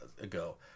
ago